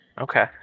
Okay